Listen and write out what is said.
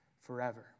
forever